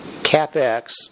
CapEx